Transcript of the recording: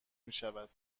میشود